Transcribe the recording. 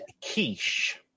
quiche